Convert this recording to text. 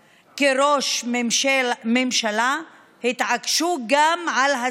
למחסומים, לסגר.